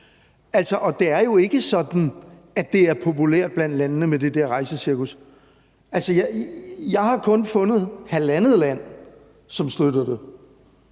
Det er jo ikke sådan, at det er populært blandt landene med det der rejsecirkus. Altså, jeg har kun fundet halvandet land, som støttede det.